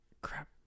Crap